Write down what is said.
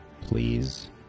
Please